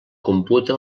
computa